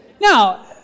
Now